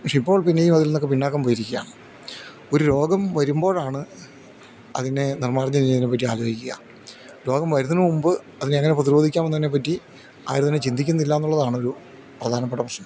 പക്ഷേ ഇപ്പോൾ പിന്നെയും അതിൽ നിന്നൊക്കെ പിന്നാക്കം പോയിരിക്കുകയാണ് ഒരു രോഗം വരുമ്പോഴാണ് അതിനെ നിർമ്മാർജനം ചെയ്യുന്നതിനെപ്പറ്റി ആലോചിക്കുക രോഗം വരുന്നതിന് മുമ്പ് അതിനെ എങ്ങനെ പ്രതിരോധിക്കാം എന്നതിനെപ്പറ്റി ആരും തന്നെ ചിന്തിക്കുന്നില്ല എന്നുള്ളതാണ് ഒരു പ്രധാനപ്പെട്ട പ്രശ്നം